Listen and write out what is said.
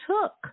took